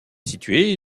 situé